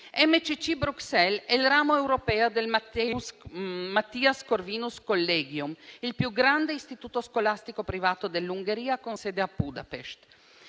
MCC Bruxelles è il ramo europeo del *Mathias Corvinus* Collegium, il più grande istituto scolastico privato dell'Ungheria, con sede a Budapest.